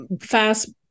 fast